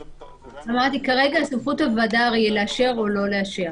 אמרתי: כרגע סמכות הוועדה היא לאשר או לא לאשר.